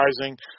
Rising